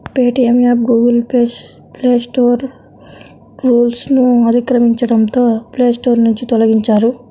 Paytm app Google Play Store రూల్స్ను అతిక్రమించడంతో Play Store నుంచి తొలగించారు